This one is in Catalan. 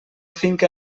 finca